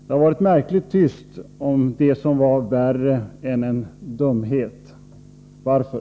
Det har varit märkligt tyst om det som var värre än en dumhet. Varför?